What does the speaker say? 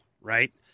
right